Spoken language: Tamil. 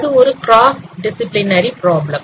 அது ஒரு கிராஸ் டிஸ்ப்ளினரி ப்ராப்ளம்